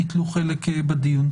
ייטלו חלק בדיון.